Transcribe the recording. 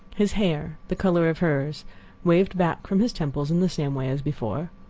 his hair the color of hers waved back from his temples in the same way as before.